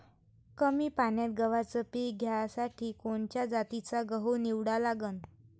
कमी पान्यात गव्हाचं पीक घ्यासाठी कोनच्या जातीचा गहू निवडा लागन?